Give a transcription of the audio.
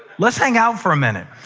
let's hang out for a minute.